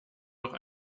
noch